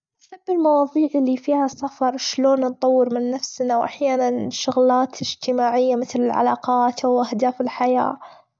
أحب المواظيع اللي فيها سفر شلون نطور من نفسنا، وأحيانًا شغلات إجتماعية مثل العلاقات أو أهداف الحياة.